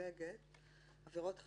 מדלגת כרגע על עבירות מין.